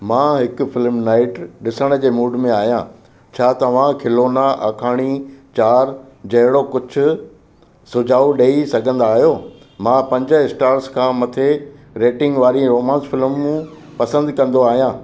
मां हिकु film night ॾिसण जे मूड में आहियां छा तव्हां खिलौना आखाणी चार जहिड़ो कुझु सुझाउ ॾई सघंदा आहियो मां पंज स्टार्स खां मथे रेटिंग वारी रोमांस फ़िल्मूं पसंदि कंदो आहियां